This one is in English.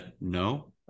No